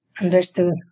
Understood